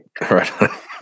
Right